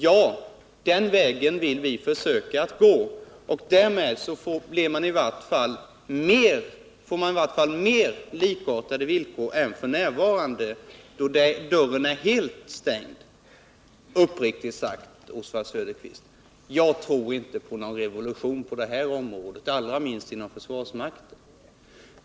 Ja, den vägen vill vi försöka gå. Därmed får man i varje fall mer likartade villkor än f. n., då dörren är helt stängd. Uppriktigt sagt, Oswald Söderqvist, tror jag inte på någon revolution på detta område, allra minst inom försvarsmakten.